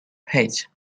paste